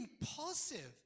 impulsive